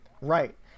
right